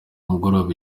mugoroba